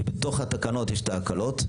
שבתוך התקנות יש ההקלות,